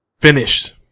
finished